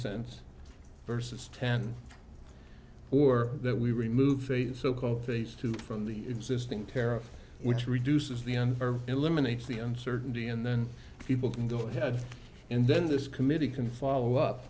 cents versus ten or that we remove a so called face two from the existing tariff which reduces the end or eliminates the uncertainty and then people can go ahead and then this committee can follow up